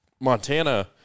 Montana